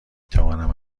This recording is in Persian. توانم